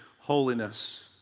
holiness